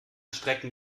strecken